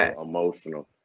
emotional